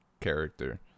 character